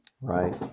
Right